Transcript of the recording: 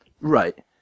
Right